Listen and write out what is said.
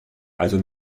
also